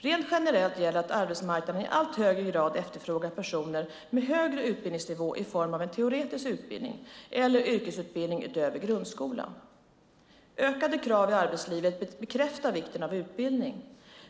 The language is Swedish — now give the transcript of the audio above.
Rent generellt gäller att arbetsmarknaden i allt högre grad efterfrågar personer med högre utbildningsnivå i form av en teoretisk utbildning eller yrkesutbildning utöver grundskola. Ökade krav i arbetslivet bekräftar vikten av utbildning.